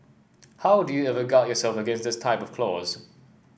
how do you ever guard yourself against this type of clause